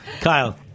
Kyle